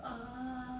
err